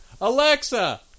Alexa